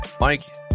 Mike